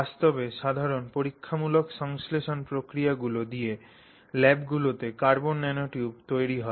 বাস্তবে সাধারণ পরীক্ষামূলক সংশ্লেষণ প্রক্রিয়াগুলি দিয়ে ল্যাবগুলিতে কার্বন ন্যানোটিউব তৈরি হয়